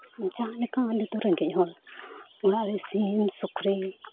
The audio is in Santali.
ᱡᱟᱦᱟᱸᱞᱮᱠᱟ ᱟᱹᱞᱤᱧ ᱫᱚ ᱨᱮᱸᱜᱮᱡ ᱦᱚᱲ ᱚᱲᱟᱜ ᱨᱮ ᱥᱤᱢ ᱥᱩᱠᱨᱤ